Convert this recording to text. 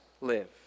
live